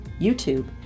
YouTube